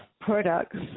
products